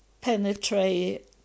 penetrate